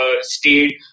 state